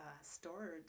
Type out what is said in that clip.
storage